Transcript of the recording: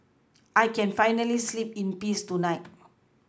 I can finally sleep in peace tonight